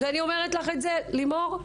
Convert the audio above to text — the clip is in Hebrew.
ואני אומרת לך את זה, לימור,